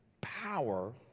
power